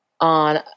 on